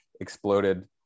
exploded